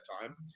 time